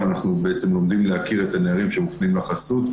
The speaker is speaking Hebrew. אנחנו לומדים להכיר את הנערים שמופנים לחסות,